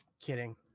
kidding